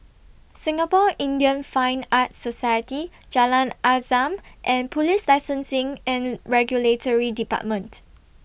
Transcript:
Singapore Indian Fine Arts Society Jalan Azam and Police Licensing and Regulatory department